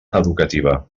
educativa